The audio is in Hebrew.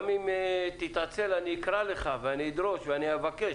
גם אם תתעצל אני אקרא לך ואני אדרוש ואני אבקש